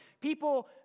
people